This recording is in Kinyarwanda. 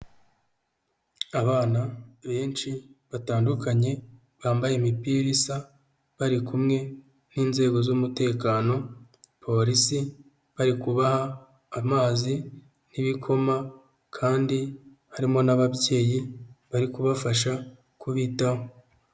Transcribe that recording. Abana benshi batandukanye bambaye imipira isa bari kumwe n'inzego z'umutekano polisi, bari kubaha amazi nk'ibikoma kandi harimo n'ababyeyi bari kubafasha kubitaho.